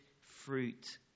fruit